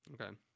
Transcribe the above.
Okay